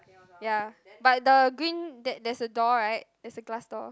ya but the green that that's a door right there is a glass door